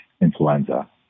influenza